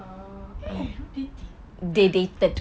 eh they dating